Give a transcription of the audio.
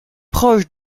proche